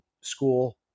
school